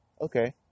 Okay